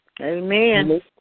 Amen